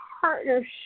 partnership